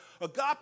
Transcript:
agape